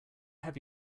have